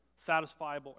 satisfiable